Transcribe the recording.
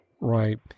Right